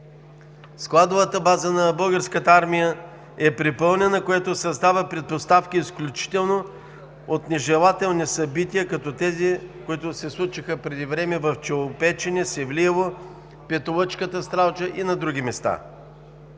Складовата база на Българската армия е препълнена, което изключително създава предпоставки от нежелателни събития, като тези, които се случиха преди време в Челопечене, Севлиево, Петолъчката, Стралджа и на други места.